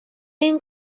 این